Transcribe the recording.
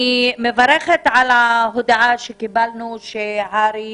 אני מברכת על ההודעה שהר"י